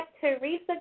Teresa